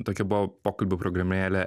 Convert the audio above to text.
tokia buvo pokalbių programėlė